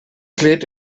klärt